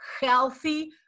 healthy